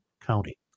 County